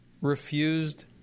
refused